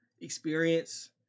experience